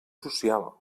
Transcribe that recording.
social